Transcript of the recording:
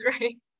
right